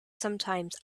sometimes